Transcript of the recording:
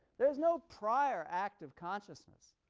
there's no prior act of consciousness.